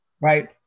Right